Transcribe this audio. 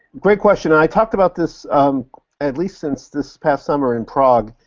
great question, and i talked about this at least since this past summer in prague.